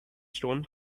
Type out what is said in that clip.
stone